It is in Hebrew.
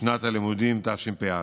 שנת הלימודים תשפ"א.